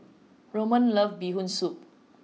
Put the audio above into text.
Ramon loves bee hoon soup